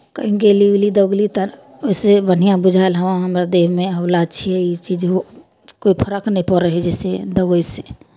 कहीँ गेली उली दौड़ली तऽ ओहिसँ बढ़िआँ बुझायल हँ हमर देहमे हौला छियै ई चीज ओ कोइ फर्क नहि पड़ै हइ जइसे दौड़यसँ